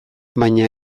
baina